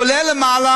הוא עולה למעלה.